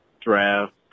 draft